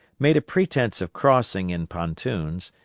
made a pretence of crossing in pontoons,